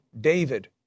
David